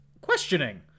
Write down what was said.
questioning